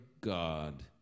God